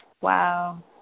Wow